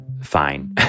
fine